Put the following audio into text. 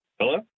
Hello